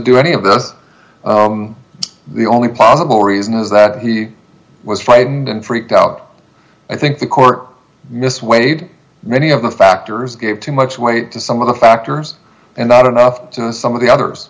do any of this the only possible reason is that he was frightened and freaked out i think the court missed weighed many of the factors gave too much weight to some of the factors and not enough to some of the others